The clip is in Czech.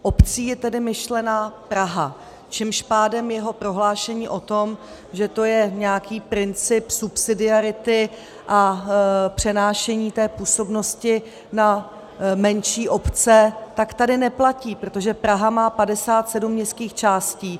Obcí je tedy myšlena Praha, čímž pádem jeho prohlášení o tom, že to je nějaký princip subsidiarity a přenášení té působnosti na menší obce, tak tady neplatí, protože Praha má 57 městských částí.